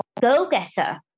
go-getter